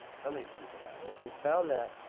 somebody is beeping at me. we found that